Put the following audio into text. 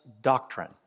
doctrine